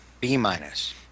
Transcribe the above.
B-minus